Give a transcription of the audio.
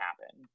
happen